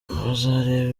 bazareba